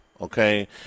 okay